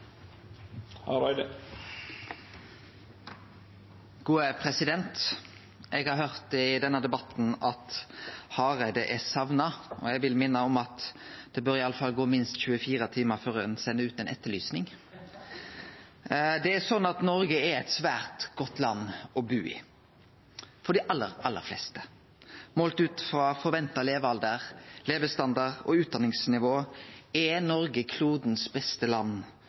Hareide er sakna, og eg vil minne om at det i alle fall bør gå minst 24 timar før ein sender ut ei etterlysing. Noreg er eit svært godt land å bu i for dei aller, aller fleste. Målt ut frå forventa levealder, levestandard og utdanningsnivå er Noreg klodens beste land